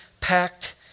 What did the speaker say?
packed